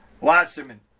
Wasserman